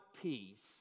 peace